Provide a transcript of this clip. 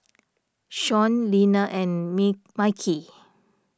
Sean Lina and Mickey